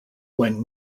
when